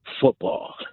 football